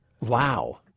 Wow